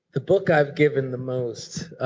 the book i've given the most,